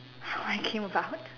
how I came about